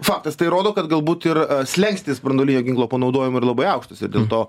faktas tai rodo kad galbūt ir slenkstis branduolinio ginklo panaudojimo yra labai aukštas ir dėl to